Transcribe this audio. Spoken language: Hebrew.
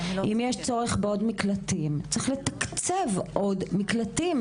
אם יש צורך בעוד מקלטים, צריך לתקצב עוד מקלטים.